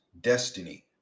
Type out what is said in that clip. destiny